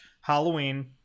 Halloween